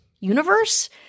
universe